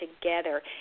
together